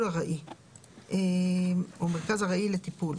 ארעי לטיפול,